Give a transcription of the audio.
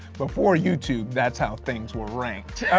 before youtube that's how things were ranked.